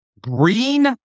green